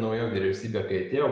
nauja vyriausybė kai atėjo